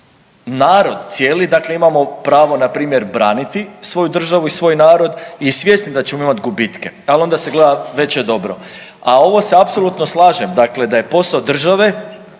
narod cijeli, dakle imamo pravo npr. braniti svoju državu i svoj narod i svjesni da ćemo imati gubitke, ali onda se gleda veće dobro. A ovo se apsolutno slažem, dakle da je posao države